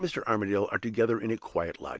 he and mr. armadale are together in a quiet lodging.